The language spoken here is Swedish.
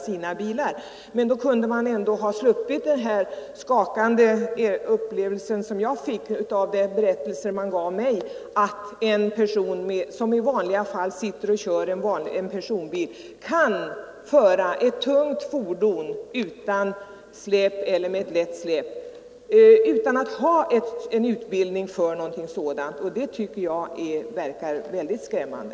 På det sättet kunde man ändå ha sluppit skakande upplevelser av det slag som jag fick, när det berättades för mig att en person som i vanliga fall kör personbil kan få framföra tungt fordon utan släp eller med lätt släp utan att ha utbildning för någonting sådant. Det tycker jag verkar mycket skrämmande.